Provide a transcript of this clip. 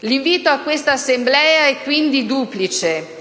L'invito a questa Assemblea è, quindi, duplice. Innanzitutto,